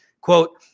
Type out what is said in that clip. Quote